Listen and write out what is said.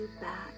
back